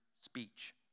speech